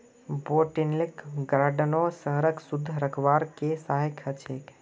botanical गार्डनो शहरक शुद्ध रखवार के सहायक ह छेक